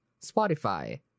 spotify